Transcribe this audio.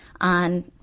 on